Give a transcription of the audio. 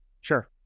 Sure